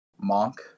Monk